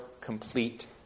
complete